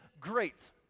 great